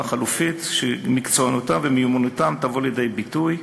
חלופית שבה מקצוענותם ומיומנותם יבואו לידי ביטוי.